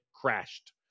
crashed